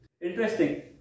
Interesting